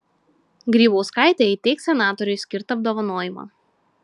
grybauskaitė įteiks senatoriui skirtą apdovanojimą